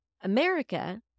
America